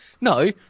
No